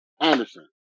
Anderson